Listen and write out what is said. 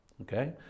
Okay